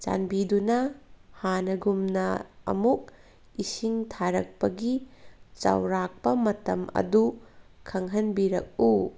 ꯆꯥꯟꯕꯤꯗꯨꯅ ꯍꯥꯟꯅꯒꯨꯝꯅ ꯑꯃꯨꯛ ꯏꯁꯤꯡ ꯊꯥꯔꯛꯄꯒꯤ ꯆꯥꯎꯔꯥꯛꯄ ꯃꯇꯝ ꯑꯗꯨ ꯈꯪꯍꯟꯕꯤꯔꯛꯎ